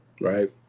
Right